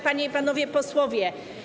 Panie i Panowie Posłowie!